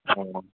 ꯑꯣ